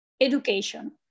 education